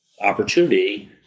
opportunity